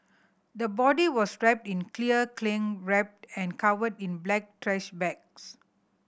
the body was wrapped in clear cling wrap and covered in black trash bags